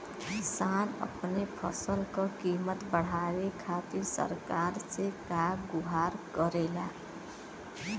किसान अपने फसल क कीमत बढ़ावे खातिर सरकार से का गुहार करेला?